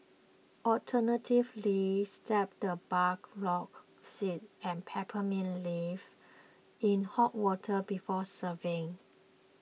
alternatively steep the burdock seeds and peppermint leaves in hot water before serving